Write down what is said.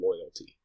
loyalty